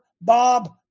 Bob